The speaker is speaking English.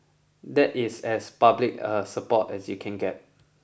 that is as public a support as you can get